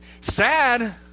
sad